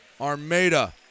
Armada